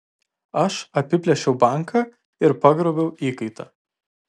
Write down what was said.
aš apiplėšiau banką ir pagrobiau įkaitą